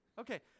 Okay